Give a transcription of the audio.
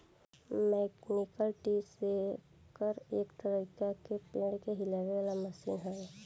mechanical tree shaker एक तरीका के पेड़ के हिलावे वाला मशीन हवे